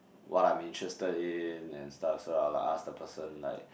what I'm interested in and stuff so I'll like ask the person like